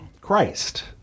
Christ